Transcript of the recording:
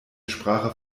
sprache